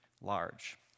large